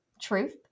truth